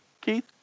Keith